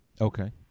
Okay